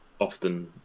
often